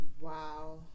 Wow